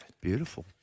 Beautiful